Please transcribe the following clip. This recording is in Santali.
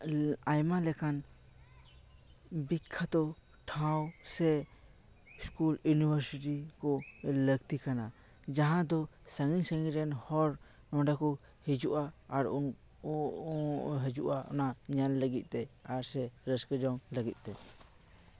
ᱟᱭᱢᱟ ᱞᱮᱠᱟᱱ ᱵᱤᱠᱠᱷᱟᱛᱚ ᱴᱷᱟᱶ ᱥᱮ ᱤᱥᱠᱩᱞ ᱭᱩᱱᱤᱵᱷᱟᱨᱥᱤᱴᱤ ᱠᱚ ᱞᱟᱹᱠᱛᱤ ᱠᱟᱱᱟ ᱡᱟᱦᱟᱸ ᱫᱚ ᱥᱟᱺᱜᱤᱧ ᱥᱟᱺᱜᱤᱧ ᱨᱮᱱ ᱦᱚᱲ ᱠᱚ ᱦᱤᱡᱩᱜᱼᱟ ᱟᱨ ᱩᱱᱠᱩ ᱠᱚ ᱦᱤᱡᱩᱜᱼᱟ ᱚᱱᱟ ᱧᱮᱞ ᱞᱟᱹᱜᱤᱫ ᱛᱮ ᱟᱨ ᱥᱮ ᱨᱟᱹᱥᱠᱟ ᱡᱚᱝ ᱞᱟᱹᱜᱤᱫᱛᱮ